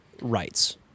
rights